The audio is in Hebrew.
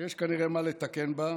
שיש כנראה מה לתקן בה,